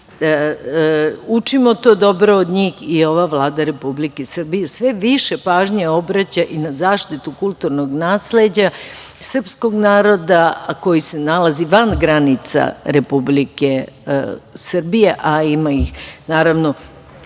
itd. Učimo to dobro od njih i ova Vlada Republike Srbije sve više pažnje obraća i na zaštitu kulturnog nasleđa srpskog naroda koji se nalazi van granica Republike Srbije, a ima ih naravno